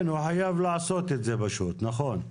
כן, הוא חייב לעשות את זה פשוט, נכון.